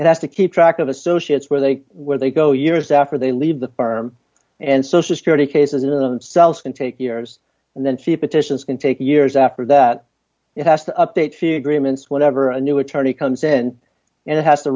and has to keep track of associates where they where they go years after they leave the firm and social security cases in themselves can take years and then she petitions can take years after that it has the update fee agreements whenever a new attorney comes in and has t